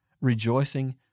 rejoicing